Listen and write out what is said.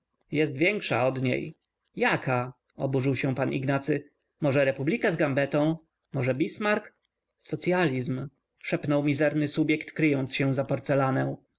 jest większa od niej jaka oburzył się p ignacy może republika z gambetą może bismark socyalizm szepnął mizerny subjekt kryjąc się za porcelanę